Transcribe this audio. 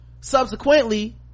subsequently